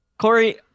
Corey